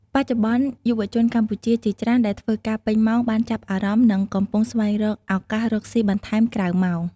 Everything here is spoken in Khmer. បច្ចុប្បន្ន យុវជនកម្ពុជាជាច្រើនដែលធ្វើការពេញម៉ោងបានចាប់អារម្មណ៍និងកំពុងស្វែងរកឱកាសរកស៊ីបន្ថែមក្រៅម៉ោង។